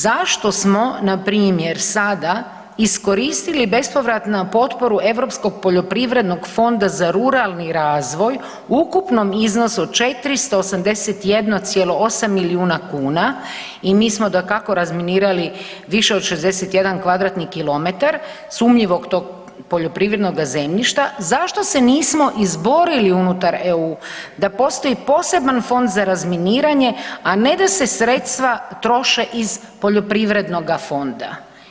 Zašto smo npr. sada iskoristili bespovratnu potporu Europskog poljoprivrednog fonda za ruralni razvoj u ukupnom iznosu od 481,8 milijuna kuna i mi smo dakako razminirali više od 61 kvadratni kilometar sumnjivog tog poljoprivrednoga zemljišta, zašto se nismo izborili unutar EU da postoji poseban fond za razminiranje, a ne da se sredstva troše iz poljoprivrednoga fonda.